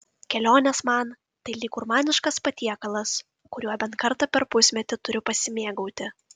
kelionės man tai lyg gurmaniškas patiekalas kuriuo bent kartą per pusmetį turiu pasimėgauti